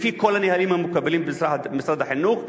על-פי כל הנהלים המקובלים במשרד החינוך,